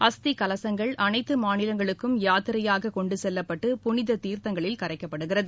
அஸ்தி கலசங்கள் அனைத்து மாநிலங்களுக்கும் யாத்திரையாக கொண்டுசெல்லப்பட்டு புனித தீர்த்தங்களில் கரைக்கப்படுகிறது